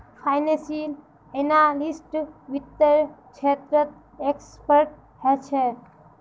financial analyst वित्त्तेर क्षेत्रत expert ह छे